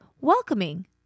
welcoming